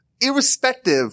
irrespective